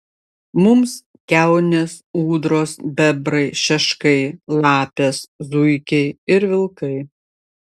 mums kiaunės ūdros bebrai šeškai lapės zuikiai ir vilkai